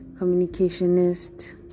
communicationist